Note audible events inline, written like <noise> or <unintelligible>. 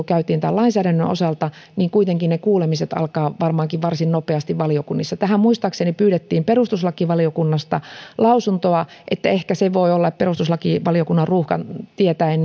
<unintelligible> käytiin tämän lainsäädännön osalta niin kuitenkin ne kuulemiset alkavat varmaankin varsin nopeasti valiokunnissa tähän muistaakseni pyydettiin perustuslakivaliokunnasta lausuntoa ehkä voi olla perustuslakivaliokunnan ruuhkan tietäen <unintelligible>